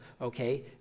Okay